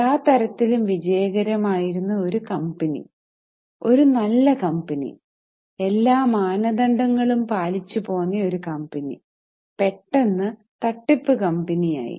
എല്ലാ തരത്തിലും വിജയകരമായിരുന്ന ഒരു കമ്പനി ഒരു നല്ല കമ്പനി എല്ലാ മാനദണ്ഡങ്ങളും പാലിച്ചു പോന്ന ഒരു കമ്പനി പെട്ടന്ന് തട്ടിപ്പ് കമ്പനി ആയി